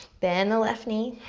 bend the left knee.